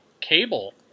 cable